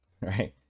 right